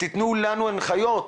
תנו לנו הנחיות.